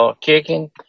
kicking